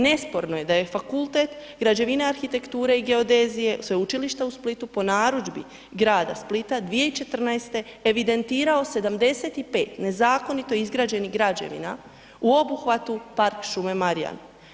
Nesporno je da je Fakultet građevine, arhitekture i geodezije Sveučilišta u Splitu po narudžbi grada Splita 2014. evidentirao 75 nezakonito izgrađenih građevina u obuhvatu Park šume Marjan.